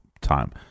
time